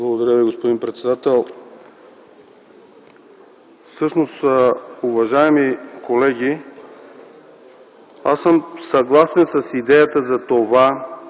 Благодаря Ви, господин председател. Всъщност, уважаеми колеги, аз съм съгласен с идеята за това